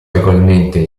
legalmente